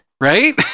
right